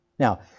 Now